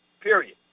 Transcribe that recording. period